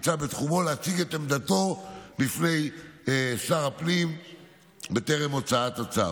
נמצא בתחומה להציג את עמדתו בכתב בפני שר הפנים בטרם הוצאת הצו,